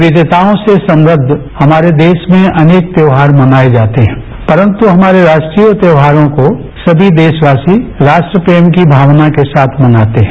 विविताओं से समृद्ध हमारे देश में अनेक त्यौहार मनाए जाते हैं परन्तु हमारे राष्ट्रीय त्यौहारों को हमारे देशवासी राष्ट्रप्रेम की भावना के साथ मनाते हैं